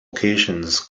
occasions